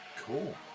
Cool